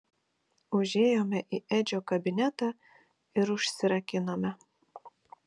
užėjome į edžio kabinetą ir užsirakinome